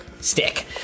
stick